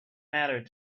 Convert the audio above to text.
mattered